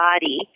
body